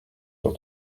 sur